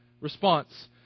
Response